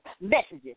messages